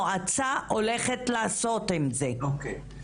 המועצה הולכת לעשות עם זה - מחר בבוקר או אתמול,